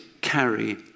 carry